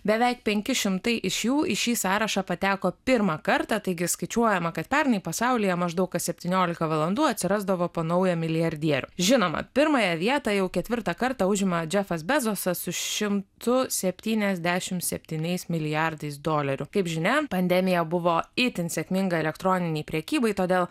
beveik penki šimtai iš jų į šį sąrašą pateko pirmą kartą taigi skaičiuojama kad pernai pasaulyje maždaug kas septyniolika valandų atsirasdavo po naują milijardierių žinoms pirmąją vietą jau ketvirtą kartą užima džefas bezosas su šimtu septyniasdešimt septyniais milijardais dolerių kaip žinia pandemija buvo itin sėkminga elektroninei prekybai todėl